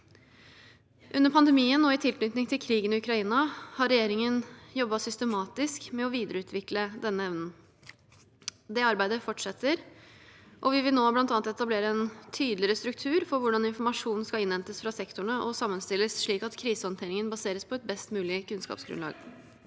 Under pandemien og i tilknytning til krigen i Ukraina har regjeringen jobbet systematisk med å videreutvikle denne evnen. Dette arbeidet fortsetter, og vi vil nå bl.a. etablere en tydeligere struktur for hvordan informasjon skal innhentes fra sektorene og sammenstilles slik at krisehåndteringen baseres på et best mulig kunnskapsgrunnlag.